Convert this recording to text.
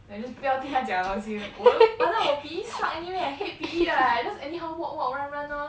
I just 不要听他讲东西我都反正我 P_E suck anyway I hate P_E lah I just anyhow walk walk run run lor